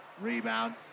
rebound